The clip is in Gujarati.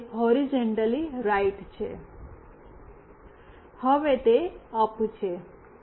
હવે તે હૉરિઝૉન્ટલી રાઈટ છે હવે તે અપ છે